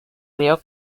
río